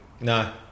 No